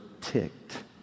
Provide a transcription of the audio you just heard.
ticked